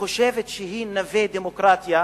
שחושבת שהיא נווה דמוקרטיה,